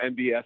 NBS